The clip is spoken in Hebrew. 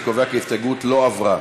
אני קובע כי ההסתייגות לא עברה.